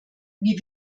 wie